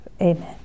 Amen